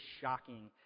shocking